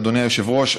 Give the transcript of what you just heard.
אדוני היושב-ראש,